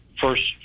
first